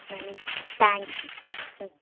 நன்றி தேங்க்ஸ் ம்